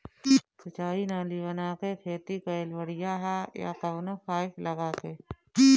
सिंचाई नाली बना के खेती कईल बढ़िया ह या कवनो पाइप लगा के?